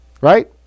right